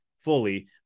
fully